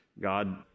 God